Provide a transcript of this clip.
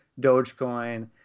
Dogecoin